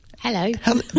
Hello